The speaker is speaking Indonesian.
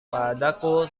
padaku